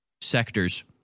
sectors